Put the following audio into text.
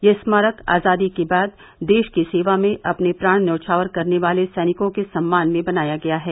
यह स्मारक आजादी के बाद देश की सेवा में अपने प्राण न्यौछावर करने वाले सैनिकों के सम्मान में बनाया गया है